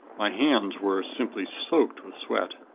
my hands were simply soaked with sweat.